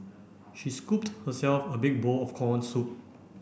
she scooped herself a big bowl of corn soup